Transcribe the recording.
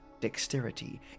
dexterity